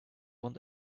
want